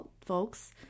folks